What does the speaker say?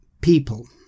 people